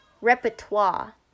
repertoire